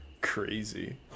Crazy